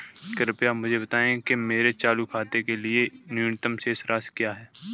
कृपया मुझे बताएं कि मेरे चालू खाते के लिए न्यूनतम शेष राशि क्या है?